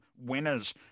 winners